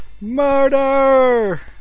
Murder